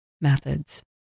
methods